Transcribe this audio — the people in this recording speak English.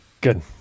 Good